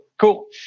Cool